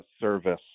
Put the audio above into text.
service